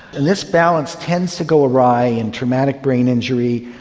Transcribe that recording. and this balance tends to go awry in traumatic brain injury,